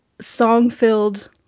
song-filled